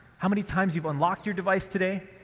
how many times you've unlocked your device today,